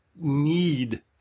need